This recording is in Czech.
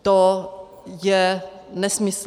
To je nesmysl.